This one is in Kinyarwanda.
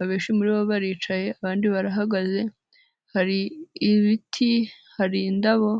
abenshi muri bo baricaye abandi barahagaze, hari ibiti, hari indabo.